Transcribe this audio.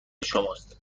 شماست